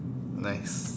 nice